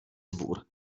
dvůr